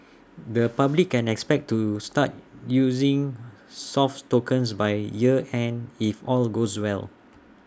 the public can expect to start using soft tokens by year end if all goes well